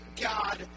God